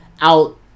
out